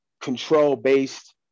control-based